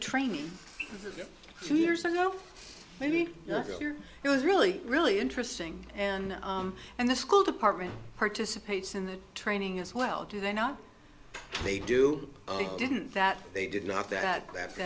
two years ago maybe it was really really interesting and and the school department participates in the training as well do they not they do they didn't that they did not that that